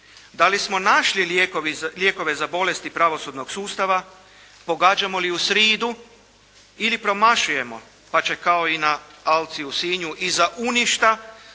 da li smo našli lijekove za bolesti pravosudnog sustava, pogađamo li u sridu, ili promašujemo pa će kao i na Alci u Sinju iza uništa